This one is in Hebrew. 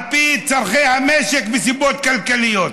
על פי צורכי המשק וסיבות כלכליות,